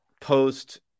post-